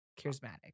charismatic